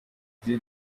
the